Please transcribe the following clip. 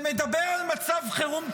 ומדבר על מצב חירום כליאתי,